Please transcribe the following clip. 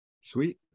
Sweet